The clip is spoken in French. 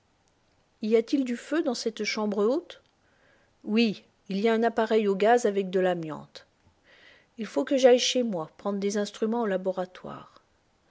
y a-t-il du feu dans cette chambre haute oui il y a un appareil au gaz avec de l'amiante il faut que j'aille chez moi prendre des instruments au laboratoire